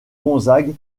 gonzague